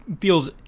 feels